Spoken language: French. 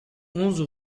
onze